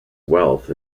wealth